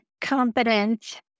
competent